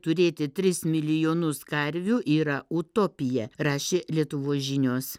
turėti tris milijonus karvių yra utopija rašė lietuvos žinios